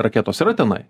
raketos yra tenai